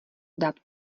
dát